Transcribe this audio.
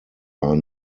are